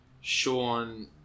Sean